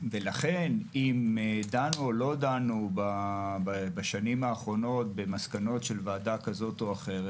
ולכן אם דנו או לא דנו בשנים האחרונות במסקנות של ועדה כזאת או אחרת,